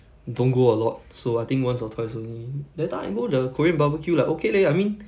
don't go a lot so I think once or twice only that time I go the korean barbecue like okay leh I mean